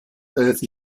earth